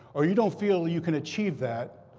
or you don't feel you can achieve that,